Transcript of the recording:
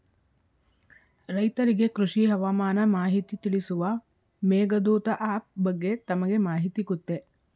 ರೈತರಿಗೆ ಕೃಷಿ ಹವಾಮಾನ ಮಾಹಿತಿ ತಿಳಿಸುವ ಮೇಘದೂತ ಆಪ್ ಬಗ್ಗೆ ತಮಗೆ ಮಾಹಿತಿ ಗೊತ್ತೇ?